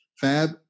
Fab